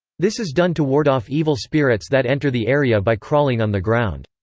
this is done to ward off evil spirits that enter the area by crawling on the ground.